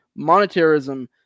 monetarism